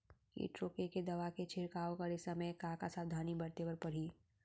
किट रोके के दवा के छिड़काव करे समय, का का सावधानी बरते बर परही?